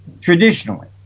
traditionally